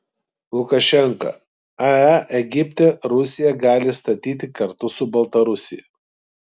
lukašenka ae egipte rusija gali statyti kartu su baltarusija